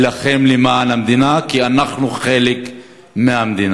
להילחם למען המדינה, כי אנחנו חלק מהמדינה.